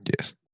Yes